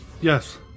Yes